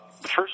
First